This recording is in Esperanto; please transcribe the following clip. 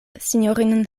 sinjorinon